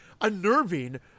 unnerving